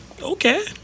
Okay